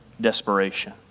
desperation